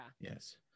Yes